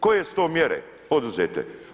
Koje su to mjere poduzete?